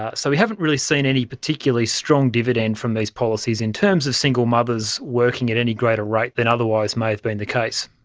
ah so we haven't really seen any particularly strong dividend from these policies in terms of single mothers working at any greater rate than otherwise may have been the case.